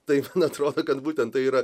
tai man atrodo kad būtent tai yra